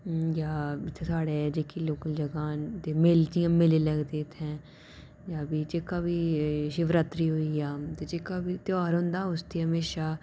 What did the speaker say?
'जां इत्थें साढ़े जेह्की लोकल जगह न ते मेले जि'यां मेले लगदे इत्थें जां भी जेह्का बी शिवरात्रि होइया ते जेह्का बी ध्यार होंदा उसदी म्हेशां